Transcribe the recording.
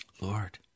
Lord